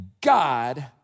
God